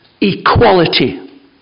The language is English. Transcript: equality